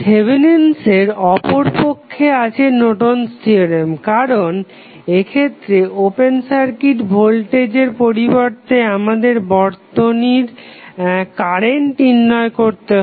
Thevenin's এর Thevenins অপরপক্ষে আছে নর্টন'স থিওরেম Nortons theorem কারণ এক্ষেত্রে ওপেন সার্কিট ভোল্টেজের পরিবর্তে আমাদের বর্তনীর কারেন্ট নির্ণয় করতে হয়